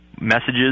messages